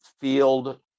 field